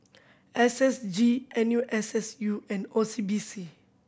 S S G N U S S U and O C B C